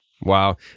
Wow